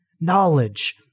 knowledge